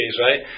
right